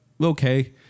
okay